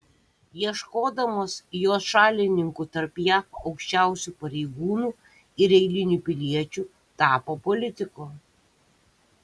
ieškodamas jos šalininkų tarp jav aukščiausių pareigūnų ir eilinių piliečių tapo politiku